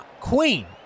Queen